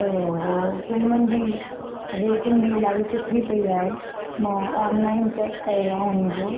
त हो फ़िल्मनि जी रेटिंग बि इलाही सुठी पयी आहे मां ऑनलाइन चैक कयो आहे उन जो